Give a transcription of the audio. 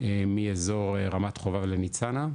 מאזור רמת חובב לניצנה,